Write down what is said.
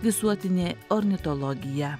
visuotinė ornitologija